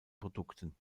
produkten